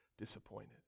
disappointed